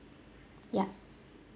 ya